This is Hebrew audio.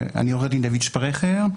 אני עו"ד דוד שפרכר,